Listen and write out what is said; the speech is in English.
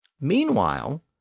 Meanwhile